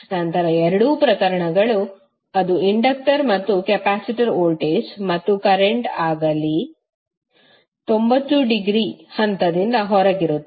ನಂತರ ಎರಡೂ ಪ್ರಕರಣಗಳು ಅದು ಇಂಡಕ್ಟರ್ ಮತ್ತು ಕೆಪಾಸಿಟರ್ ವೋಲ್ಟೇಜ್ ಮತ್ತುಕರೆಂಟ್ ಆಗಲಿ 90 ಡಿಗ್ರಿ ಹಂತದಿಂದ ಹೊರಗಿರುತ್ತದೆ